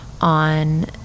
on